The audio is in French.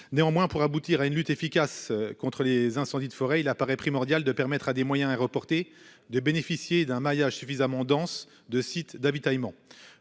Néanmoins, pour aboutir à une lutte efficace contre les incendies de forêt, il apparaît primordial de permettre à des moyens et reporté de bénéficier d'un maillage suffisamment dense de sites d'avitaillement.